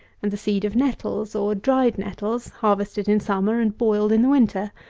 and the seed of nettles or dried nettles, harvested in summer, and boiled in the winter.